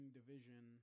division